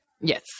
Yes